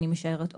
אני משערת,